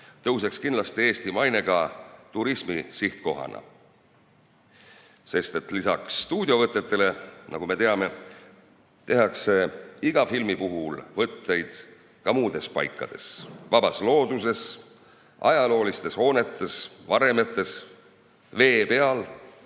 tõuseks kindlasti Eesti maine ka turismisihtkohana, kuna lisaks stuudiovõtetele, nagu me teame, tehakse iga filmi puhul võtteid ka muudes paikades: vabas looduses, ajaloolistes hoonetes, varemetes, vee peal,